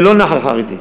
ולא נח"ל חרדי.